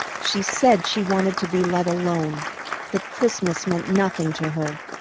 she said she wanted to be let alone that christmas meant nothing to her.